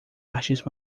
artes